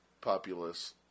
populace